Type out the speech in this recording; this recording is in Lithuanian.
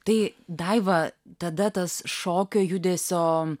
tai daiva tada tas šokio judesio